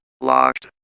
locked